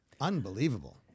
Unbelievable